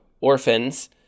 orphans